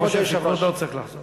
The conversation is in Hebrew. אני חושב שכבודו צריך לחזור בו.